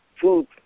food